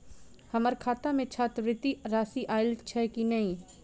हम्मर खाता मे छात्रवृति राशि आइल छैय की नै?